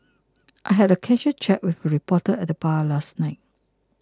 I had a casual chat with a reporter at the bar last night